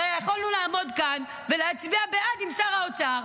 הרי יכולנו לעמוד כאן ולהצביע בעד עם שר האוצר,